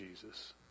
Jesus